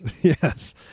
Yes